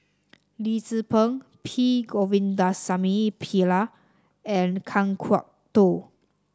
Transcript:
Lim Tze Peng P Govindasamy Pillai and Kan Kwok Toh